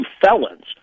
felons